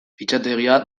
fitxategia